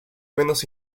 menos